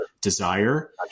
desire